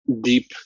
deep